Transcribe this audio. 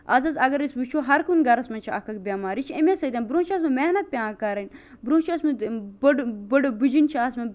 آز حظ اگر أسۍ وٕچھو ہر کُنہ گَرَس مَنٛز چھُ اکھ اکھ بیٚمار یہِ چھُ امے سۭتیٚن برونٛہہ چھ اوسمت محنت پیٚوان کَرٕنۍ برونٛہہ چھُ اوسمت بوٚڑ بوٚڑ بِجِن چھِ آسمَژٕ